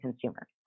consumer